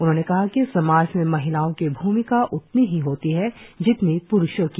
उन्होंने कहा कि समाज में महिलाओं की भूमिका उतनी ही होती है जितनी प्रुषों की